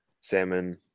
salmon